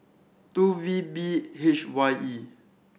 two V B H Y E